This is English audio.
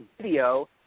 video